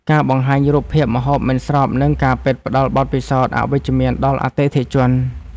ការបង្ហាញរូបភាពម្ហូបមិនស្របនឹងការពិត ផ្ដល់បទពិសោធន៍អវិជ្ជមានដល់អតិថិជន។